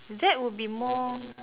that would be more